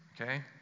okay